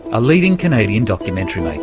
a leading canadian documentary